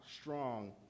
strong